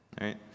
right